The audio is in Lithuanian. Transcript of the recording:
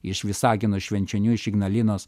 iš visagino iš švenčionių iš ignalinos